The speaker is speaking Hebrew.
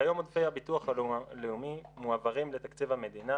כיום עודפי הביטוח הלאומי מועברים לתקציב המדינה